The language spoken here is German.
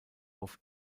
auf